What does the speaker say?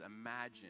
imagine